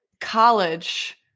college